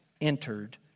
entered